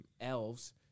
elves